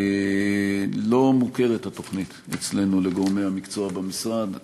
התוכנית לא מוכרת אצלנו, לגורמי המקצוע במשרד.